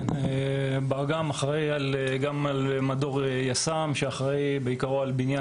גם אחראי על מדור יס"מ שאחראי על בניין